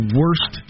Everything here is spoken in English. worst